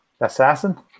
Assassin